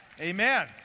Amen